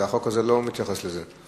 החוק הזה לא מתייחס לזה,